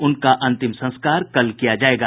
उनका अंतिम संस्कार कल किया जायेगा